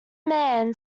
man